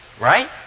right